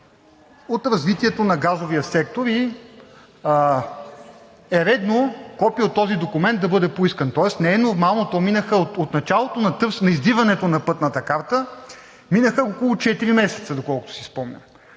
от развитието на газовия сектор и е редно копие от този документ да бъде поискано. Тоест не е нормално, от началото на издирването на Пътната карта минаха около четири месеца, доколкото си спомням.